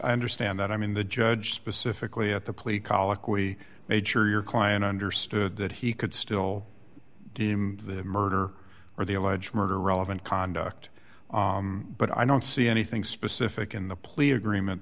i understand that i mean the judge specifically at the plea colloquy made sure your client understood that he could still deem the murder or the alleged murder relevant conduct but i don't see anything specific in the plea agreement